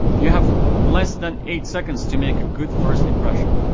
you have less than eight seconds to make a good first impression.